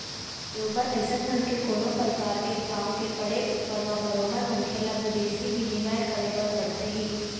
बरोबर अइसन ढंग के कोनो परकार के काम के पड़े ऊपर म बरोबर मनखे ल बिदेशी बिनिमय करे बर परथे ही